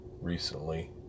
recently